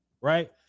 right